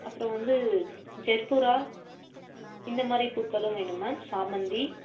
அப்புறம் வந்து ஜெர்ஃப்பூரா இந்த மாதிரி பூக்களும் வேணும் மேம் சாமந்தி